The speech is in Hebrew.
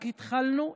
רק התחלנו.